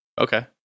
Okay